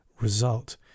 result